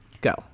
Go